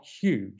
huge